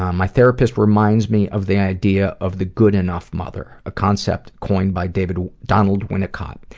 um my therapist reminds me of the idea of the good enough mother, a concept coined by david donald winnicott.